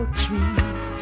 trees